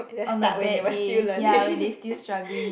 on the bad day ya when they still struggling